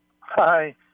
Hi